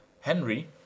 Henry